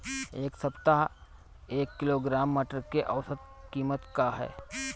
एक सप्ताह एक किलोग्राम मटर के औसत कीमत का ह?